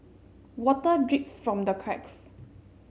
water drips from the cracks